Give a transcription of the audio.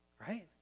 right